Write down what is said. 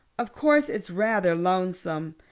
of course, it's rather lonesome.